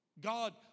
God